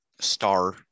star